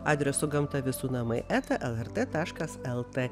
adresu gamta visų namai eta lrt taškas lt